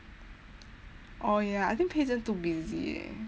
oh ya I think pei zhen too busy eh